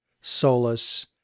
Solus